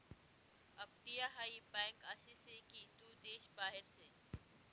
अपटीया हाय बँक आसी से की तू देश बाहेर से